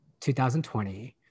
2020